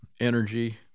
energy